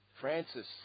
Francis